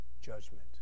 judgment